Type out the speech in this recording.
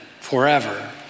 forever